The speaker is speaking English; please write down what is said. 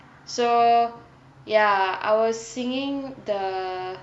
so ya I was singing the